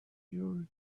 your